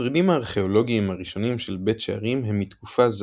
השרידים הארכאולוגיים הראשונים של בית שערים הם מתקופה זו,